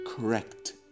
correct